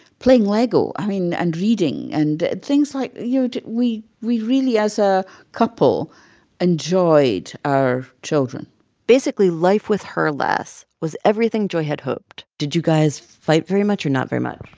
playing lego, i mean, and reading and things like you know, we we really as a couple enjoyed our children basically, life with her les was everything joy had hoped did you guys fight very much or not very much?